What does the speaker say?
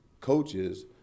coaches